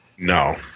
No